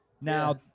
Now